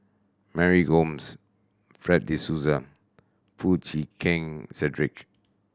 Mary Gomes Fred De Souza and Foo Chee Keng Cedric